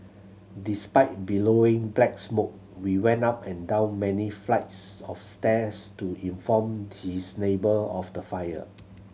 despite billowing black smoke he went up and down many flights of stairs to inform his neighbour of the fire